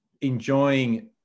enjoying